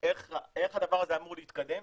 הדבר הזה אמור להתקדם,